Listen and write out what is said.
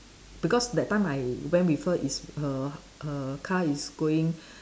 because that time I went with her is her her car is going